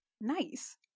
Nice